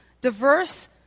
diverse